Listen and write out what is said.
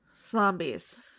Zombies